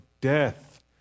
death